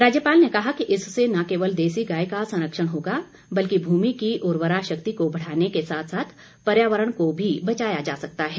राज्यपाल ने कहा कि इससे न केवल देशी गांय का संरक्षण होगा बल्कि भूमि की उर्वरा शक्ति को बढ़ाने के साथ साथ पर्यावरण को भी बचाया जा सकता है